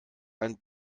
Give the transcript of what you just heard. ein